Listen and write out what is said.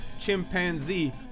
chimpanzee